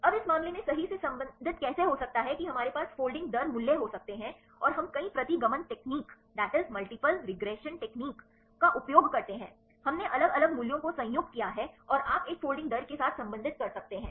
अब इस मामले में सही से संबंधित कैसे हो सकता है कि हमारे पास फोल्डिंग दर मूल्य हो सकते हैं और हम कई प्रतिगमन तकनीक का उपयोग करते हैं हमने अलग अलग मूल्यों को संयुक्त किया है और आप एक फोल्डिंग दर के साथ संबंधित कर सकते हैं